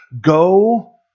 go